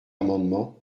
amendement